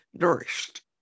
nourished